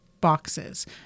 boxes